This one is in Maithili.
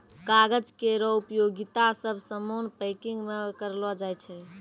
कागज केरो उपयोगिता सब सामान पैकिंग म करलो जाय छै